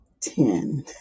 ten